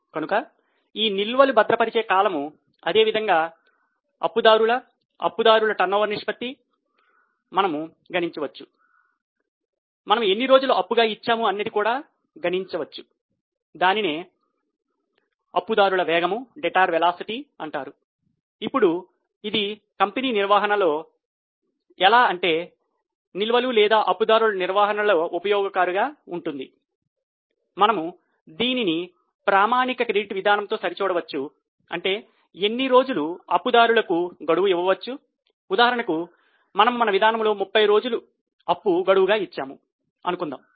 కనుక ఈ నిల్వలు భద్రపరిచే కాలము అదే విధముగా అప్పు దారులు అప్పు దారుల టర్నోవర్ నిష్పత్తి అంటే ఎన్ని రోజులు అప్పు దారులకు గడువు ఇవ్వవచ్చు ఉదాహరణకు మనము మన విధానంలో 30 రోజుల అప్పుగడువు గా ఇచ్చాము అనుకుందాం